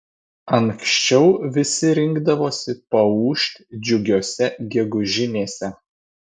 anksčiau visi rinkdavosi paūžt džiugiose gegužinėse